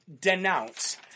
denounce